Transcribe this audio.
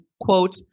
quote